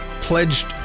pledged